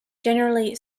generally